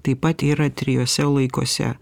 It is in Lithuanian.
taip pat yra trijuose laikuose